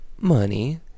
money